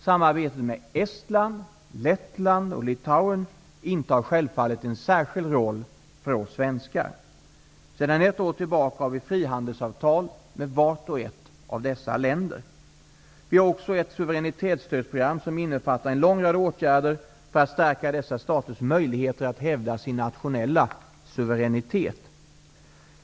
Samarbetet med Estland, Lettland och Litauen intar självfallet en särskild roll för oss svenskar. Sedan ett år tillbaka har vi frihandelsavtal med vart och ett av dessa länder. Vi har också ett suveränitetsstödsprogram som innefattar en lång rad åtgärder för att stärka dessa staters möjligheter att hävda sin nationella suveränitet.